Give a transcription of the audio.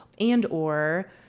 and/or